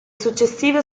successive